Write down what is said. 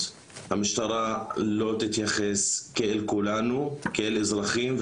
המשטרה לא תתייחס אל כולנו כאל אזרחים,